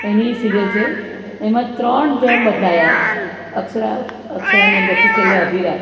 એની serial છે એમાં ત્રણ જણ બદલાયા અક્ષરા અક્ષરાને પછી છેલ્લે અભીરાજ